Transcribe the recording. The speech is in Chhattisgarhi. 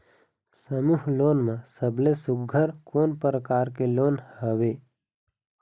समूह लोन मा सबले सुघ्घर कोन प्रकार के लोन हवेए?